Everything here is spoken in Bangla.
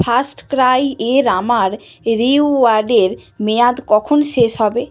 ফার্স্টক্রাই এর আমার রিওয়ার্ডের মেয়াদ কখন শেষ হবে